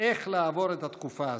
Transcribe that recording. איך לעבור את התקופה הזאת.